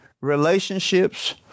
relationships